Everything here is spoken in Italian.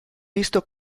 visto